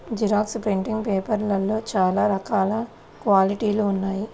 xerox printing పేపర్లలో చాలా రకాల క్వాలిటీలు ఉన్నాయి